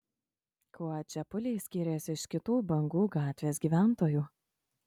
kuo čepuliai skyrėsi iš kitų bangų gatvės gyventojų